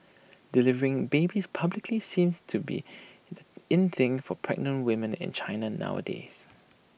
delivering babies publicly seems to be in thing for pregnant women in China nowadays